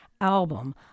album